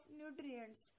nutrients